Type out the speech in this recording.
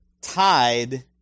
tied